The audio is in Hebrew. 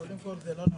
קודם כול, זה לא נכון.